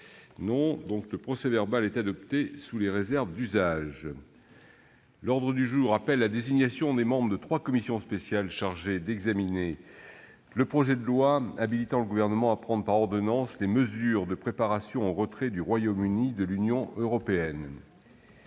... Le procès-verbal est adopté sous les réserves d'usage. L'ordre du jour appelle la désignation des membres de trois commissions spéciales chargées d'examiner le projet de loi habilitant le Gouvernement à prendre par ordonnance les mesures de préparation au retrait du Royaume-Uni de l'Union européenne,